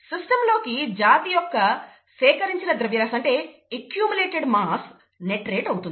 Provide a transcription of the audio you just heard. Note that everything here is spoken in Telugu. సిస్టంలోకి జాతి యొక్క అక్యూములేటెడ్ మాస్ అనేది నెట్ రేట్ అవుతుంది